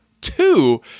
two